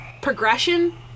progression